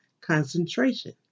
concentration